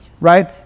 right